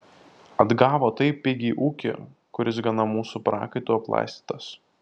atgavo taip pigiai ūkį kuris gana mūsų prakaitu aplaistytas